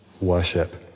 worship